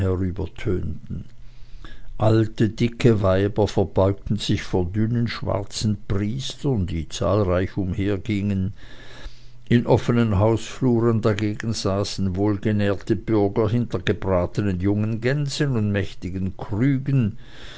herübertönten alte dicke weiber verbeugten sich vor dünnen schwarzen priestern die zahlreich umhergingen in offenen hausfluren dagegen saßen wohlgenährte bürger hinter gebratenen jungen gänsen und mächtigen krügen